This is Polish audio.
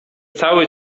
cały